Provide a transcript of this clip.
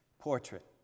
portrait